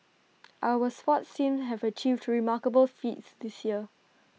our sports teams have achieved remarkable feats this year